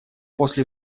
после